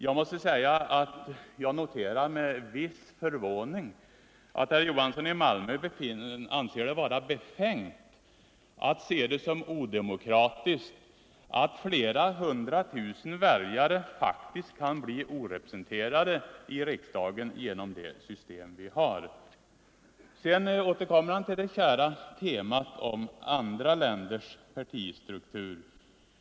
Jag noterar med viss förvåning att herr Johansson i Malmö anser det vara befängt att se det som odemokratiskt att flera hundra tusen väljare faktiskt kan bli orepresenterade i riksdagen genom det system vi har. Han återkommer till det kära temat om andra länders partistruktur.